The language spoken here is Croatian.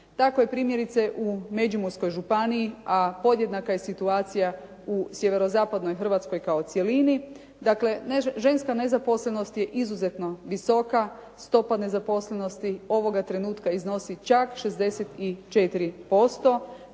Tako je primjerice u Međimurskoj županiji a podjednaka je situacija u sjeverozapadnoj Hrvatskoj kao cjelini. Dakle ženska nezaposlenost je izuzetno visoka. Stopa nezaposlenosti ovoga trenutka iznosi čak 64%